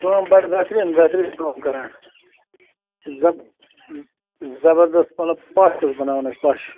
کٲم بَڈِ بہتریٖن بہتریٖن کٲم کَران زِ زبردس مطلب پش چھُ بَناوُن اَسہِ پش